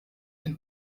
ein